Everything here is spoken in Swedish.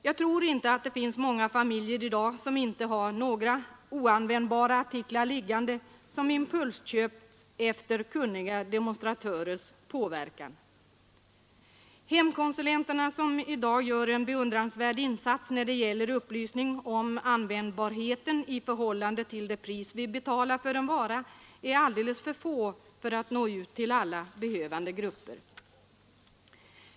Jag tror inte att det finns många familjer i dag som inte har liggande några oandvändbara artiklar som impulsköpts efter demonstratörers påverkan. Hemkonsulenterna, som i dag gör en beundransvärd insats när det gäller upplysning om användbarheten i förhållande till det pris som vi betalar för en vara, är alldeles för få för att nå ut till alla behövande grupper.